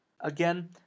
Again